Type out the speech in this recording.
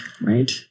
right